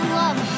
love